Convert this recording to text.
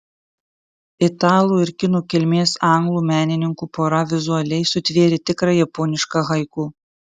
italų ir kinų kilmės anglų menininkų pora vizualiai sutvėrė tikrą japonišką haiku